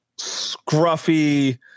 scruffy